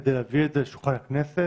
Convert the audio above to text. כדי להביא את זה לשולחן הכנסת?